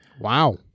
wow